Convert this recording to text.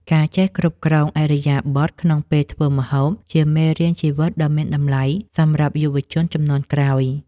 ការចេះគ្រប់គ្រងឥរិយាបថក្នុងពេលធ្វើម្ហូបជាមេរៀនជីវិតដ៏មានតម្លៃសម្រាប់យុវជនជំនាន់ក្រោយ។